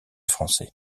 français